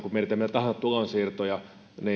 kun mietitään mitä tahansa tulonsiirtoja